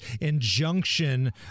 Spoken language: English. injunction